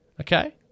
Okay